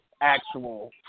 actual